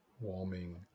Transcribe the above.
Warming